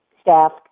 staff